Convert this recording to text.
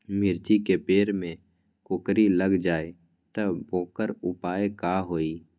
मिर्ची के पेड़ में कोकरी लग जाये त वोकर उपाय का होई?